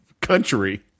country